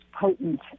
potent